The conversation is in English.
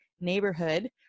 neighborhood